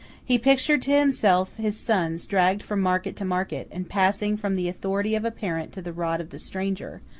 he pictured to himself his sons dragged from market to market, and passing from the authority of a parent to the rod of the stranger,